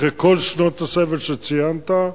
אחרי כל שנות הסבל שציינת,